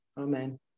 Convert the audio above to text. Amen